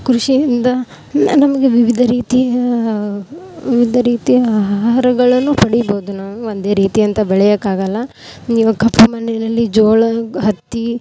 ಕೃಷಿಯಿಂದ ನಾ ನಮ್ಗೆ ವಿವಿಧ ರೀತಿಯ ವಿವಿಧ ರೀತಿಯ ಆಹಾರಗಳನ್ನು ಪಡಿಬೋದು ನಾವು ಒಂದೇ ರೀತಿ ಅಂತ ಬೆಳೆಯೋಕ್ಕಾಗಲ್ಲ ಇವಾಗ ಕಪ್ಪು ಮಣ್ಣಿನಲ್ಲಿ ಜೋಳ ಹತ್ತಿ